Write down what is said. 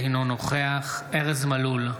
אינו נוכח ארז מלול,